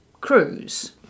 cruise